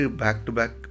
back-to-back